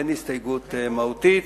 ואין הסתייגות מהותית,